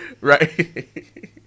Right